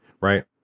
right